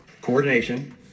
coordination